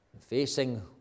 facing